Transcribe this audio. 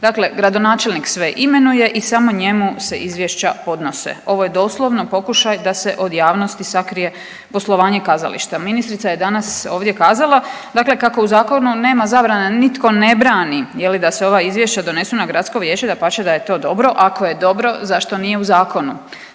Dakle, gradonačelnik sve imenuje i samo njemu se izvješća podnose. Ovo je doslovno pokušaj da se od javnosti sakrije poslovanje kazališta. Ministrica je danas ovdje kazala dakle kako u zakonu nema zabrane, nitko ne brani je li da se ova izvješća donesu na gradsko vijeće dapače da je to dobro, ako je dobro zašto nije u zakonu.